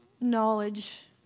knowledge